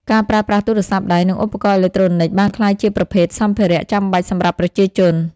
ការប្រើប្រាស់ទូរស័ព្ទដៃ និងឧបករណ៍អេឡិចត្រូនិចបានក្លាយជាប្រភេទសម្ភារចាំបាច់សម្រាប់ប្រជាជន។